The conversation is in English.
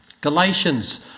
Galatians